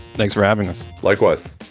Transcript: thanks for having us. likewise